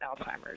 Alzheimer's